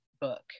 book